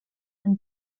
and